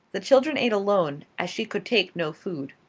the children ate alone, as she could take no food.